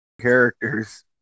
Characters